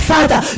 Father